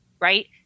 Right